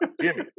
Jimmy